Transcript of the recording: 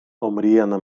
омріяна